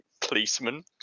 policeman